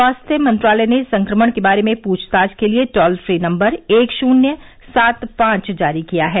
स्वास्थ्य मंत्रालय ने संक्रमण के बारे में पूछताछ के लिए टोल फ्री नंबर एक शून्य सात पांच जारी किया है